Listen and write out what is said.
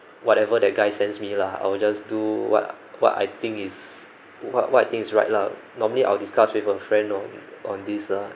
whatever that guy sends me lah I will just do what what I think is what what I think is right lah normally I will discuss with a friend on on this lah